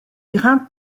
grains